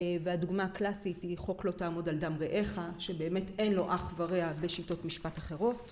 והדוגמה הקלאסית היא חוק "לא תעמוד על דם רעך", שבאמת אין לו אח ורע בשיטות משפט אחרות